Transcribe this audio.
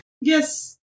yes